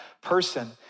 person